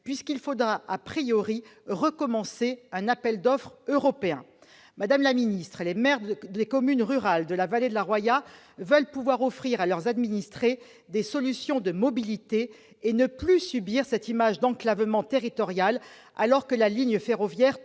puisqu'il faudra recommencer un appel d'offres européen. Madame la ministre, les maires des communes rurales de la vallée de la Roya veulent pouvoir offrir à leurs administrés des solutions de mobilité et ne plus subir cette image d'enclavement territorial, alors que la ligne ferroviaire